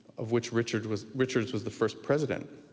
of which richards was richards was the first president.